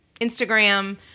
Instagram